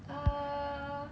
uh